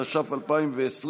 התש"ף 2020,